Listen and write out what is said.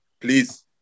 please